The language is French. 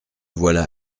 voilà